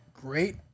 great